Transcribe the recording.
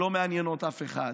שלא מעניינות אף אחד,